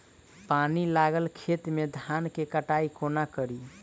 पानि लागल खेत मे धान केँ कटाई कोना कड़ी?